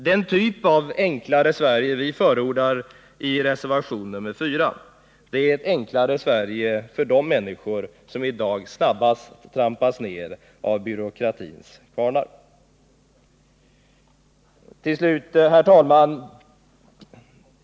Den typ av enklare Sverige vi förordar i reservationen 4 är ett enklare Sverige för de människor som i dag snabbast trampas ned av Nr 152 byråkratins kvarnar. Tisdagen den Herr talman!